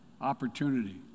opportunity